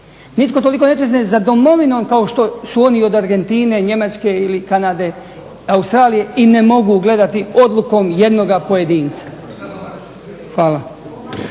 nitko toliko ne čezne za domovinom kao što su oni od Argentine, Njemačke ili Kanade, Australije i ne mogu gledati odlukom jednoga pojedinca. Hvala.